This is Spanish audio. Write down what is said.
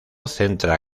centra